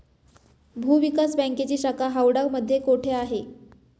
भूविकास बँकेची शाखा हावडा मध्ये कोठे आहे?